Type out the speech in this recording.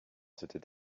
s’était